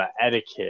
etiquette